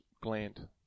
gland